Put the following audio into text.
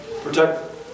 Protect